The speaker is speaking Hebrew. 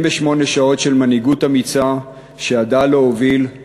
48 שעות של מנהיגות אמיצה, שידעה להוביל,